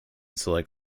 select